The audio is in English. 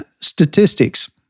Statistics